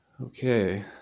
okay